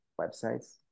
websites